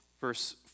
Verse